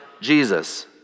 Jesus